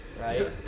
right